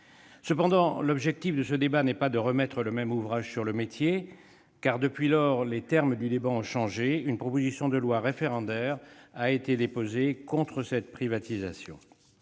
Cependant, l'objectif de ce débat n'est pas de remettre le même ouvrage sur le métier. Car, depuis lors, les termes du débat ont changé. Une proposition de loi référendaire a été déposée contre cette privatisation.